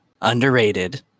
underrated